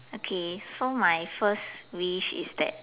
okay so my first wish is that